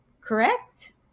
correct